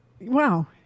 Wow